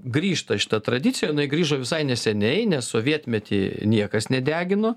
grįžta šita tradicija jinai grįžo visai neseniai nes sovietmety niekas nedegino